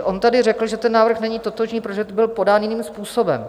On tady řekl, že ten návrh není totožný, protože byl podán jiným způsobem.